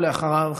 ואחריו,